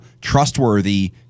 trustworthy